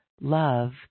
Love